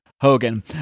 hogan